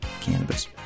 cannabis